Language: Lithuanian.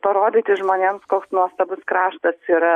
parodyti žmonėms koks nuostabus kraštas yra